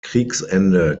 kriegsende